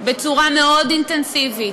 בצורה מאוד אינטנסיבית,